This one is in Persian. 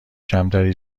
کمتری